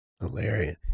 Hilarious